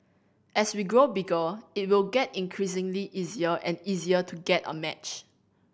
as we grow bigger it will get increasingly easier and easier to get a match